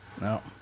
No